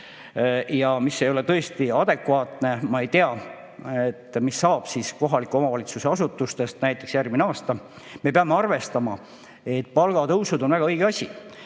See ei ole tõesti adekvaatne ja ma ei tea, mis saab kohaliku omavalitsuse asutustest järgmisel aastal. Me peame arvestama, et palgatõusud on väga õige asi,